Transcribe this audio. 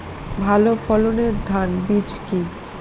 ভালো ফলনের ধান বীজ কি?